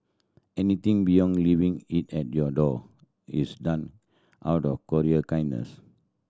anything beyond leaving it at your door is done out of courier kindness